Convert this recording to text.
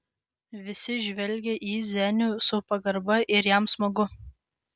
visi žvelgia į zenių su pagarba ir jam smagu